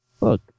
look